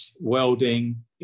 welding